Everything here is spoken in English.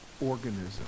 organism